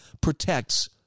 protects